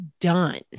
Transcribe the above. done